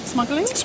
Smuggling